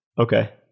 Okay